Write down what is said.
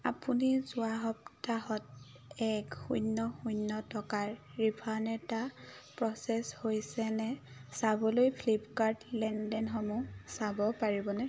আপুনি যোৱা সপ্তাহত এক শূন্য শূন্য টকাৰ ৰিফাণ্ড এটা প্ৰ'চেছ হৈছেনে চাবলৈ ফ্লিপকাৰ্ট লেনদেনসমূহ চাব পাৰিবনে